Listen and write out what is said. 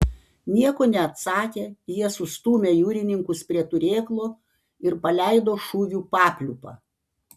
nieko neatsakę jie sustūmę jūrininkus prie turėklų ir paleido šūvių papliūpą